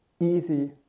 easy